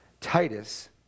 Titus